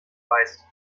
weißt